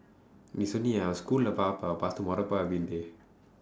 it's only our schoolae பார்த்து முறைப்பா அப்பத்துலிருந்தே:paarththu muraippaa appaththulirundthee